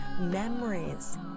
memories